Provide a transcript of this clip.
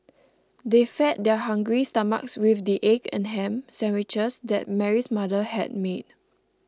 they fed their hungry stomachs with the egg and ham sandwiches that Mary's mother had made